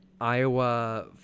Iowa